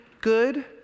good